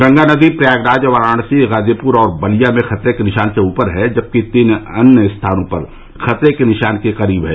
गंगा नदी प्रयागराज वाराणसी गाजीपुर और बलिया में खतरे के निशान से ऊपर है जबकि तीन अन्य स्थानों पर खतरे के निशान के करीब है